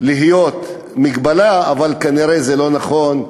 להיות מגבלה, אבל כנראה זה לא נכון.